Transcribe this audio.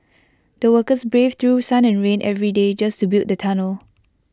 the workers braved through sun and rain every day just to build the tunnel